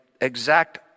exact